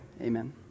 Amen